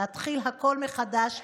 להתחיל הכול מחדש,